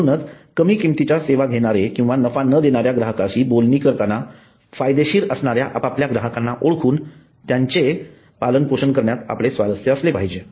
म्हणूनच कमी किमतीच्या सेवा घेणारे किंवा नफा न देणाऱ्या ग्राहकांशी बोलणी करताना फायदेशीर असणाऱ्या आपापल्या ग्राहकांना ओळखून त्यांचे पालनपोषण करण्यात आपले स्वारस्य असले पाहिजे